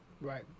Right